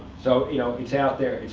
so you know it's out there.